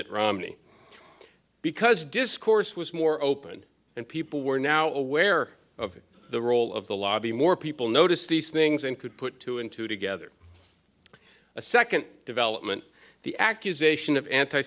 mitt romney because discourse was more open and people were now aware of the role of the lobby more people notice these things and could put two and two together a second development the accusation of anti